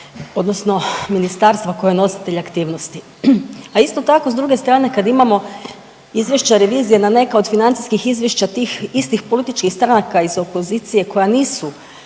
odnosno ministarstva koje je nositelj aktivnosti. A isto tako, s druge strane kad imamo izvješća revizije na neka od financijskih izvješća tih istih političkih stranaka iz opozicije koja nisu